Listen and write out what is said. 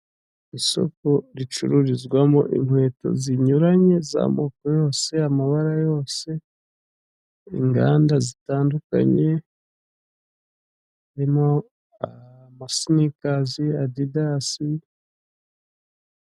Isoko ricururizwamo inkweto zinyuranye z'amoko yose, amabara yose, inganda zitandukanye, irimo amasinekazi, adidasi,...